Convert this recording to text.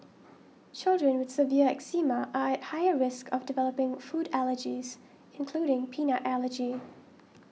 children with severe eczema are at higher risk of developing food allergies including peanut allergy